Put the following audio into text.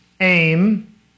aim